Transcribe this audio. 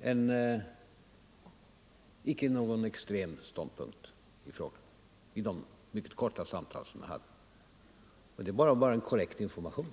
en icke extrem ståndpunkt i de mycket korta samtal vi hade, och det var en korrekt information.